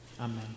Amen